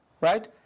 Right